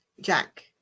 Jack